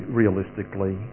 realistically